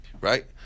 right